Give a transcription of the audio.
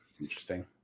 Interesting